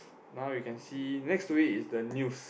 now you see next to it is the news